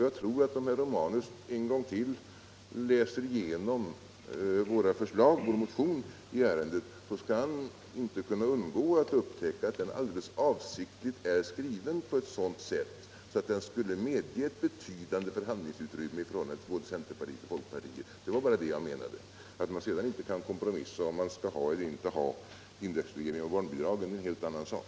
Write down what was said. Jag tror att om herr Romanus en gång till läser igenom vår motion i ärendet, skall han inte kunna undgå att upptäcka att den alldeles avsiktligt är skriven på ett sådant sätt att den skulle medge ett betydande förhandlingsutrymme i förhållande till både centerpartiet och folkpartiet. Det var bara det jag menade. Att man sedan inte kan kompromissa i frågan om man skall ha eller inte ha indexreglering av barnbidragen är en helt annan sak.